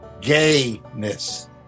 gayness